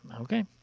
Okay